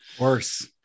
worse